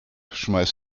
schmeiß